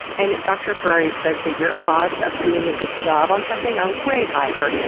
and dr. ferrari says that your odds of doing a good job on something are way higher,